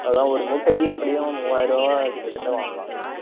அதான் ஒரு மூட்டைக்கு எப்படியும் மூவாயிரம் ருபாய் கிட்டத்தட்ட வாங்குவாங்க